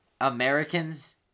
Americans